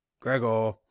gregor